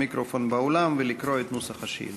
אתה מוזמן לגשת למיקרופון באולם ולקרוא את נוסח השאילתה.